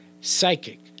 psychic